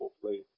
place